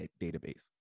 database